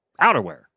outerwear